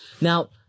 Now